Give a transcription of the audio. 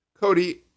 Cody